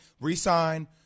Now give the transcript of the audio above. re-sign